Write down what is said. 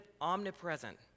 omnipresent